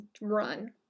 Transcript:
run